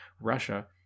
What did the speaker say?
Russia